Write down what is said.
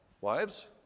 Wives